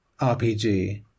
RPG